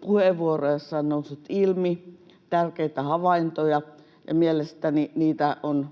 puheenvuoroja, joissa on noussut ilmi tärkeitä havaintoja, ja mielestäni niitä on